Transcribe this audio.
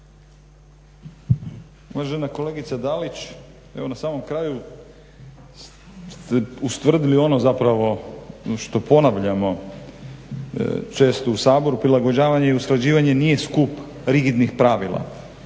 Uvažena kolegice Dalić, evo na samom kraju ste ustvrdili ono zapravo što ponavljamo često u Saboru, prilagođavanje i usklađivanje nije skup rigidnih pravila,